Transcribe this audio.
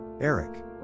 Eric